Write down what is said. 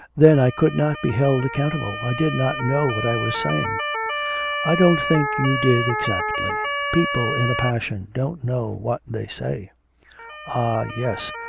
then i could not be held accountable, i did not know what i was saying i don't think you did exactly people in a passion don't know what they say ah! yes,